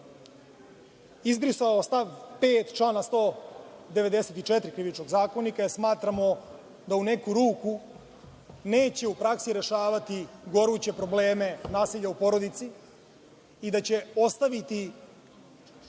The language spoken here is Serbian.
izbrisao stav 5. člana 194. Krivičnog zakonika, jer smatramo da u neku ruku neće u praksi rešavati goruće probleme nasilja u porodici i da će ostaviti